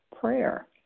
Prayer